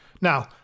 Now